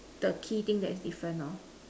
the key thing that is different lor